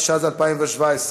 התשע"ז 2017,